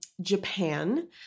Japan